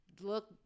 look